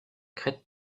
crête